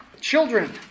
children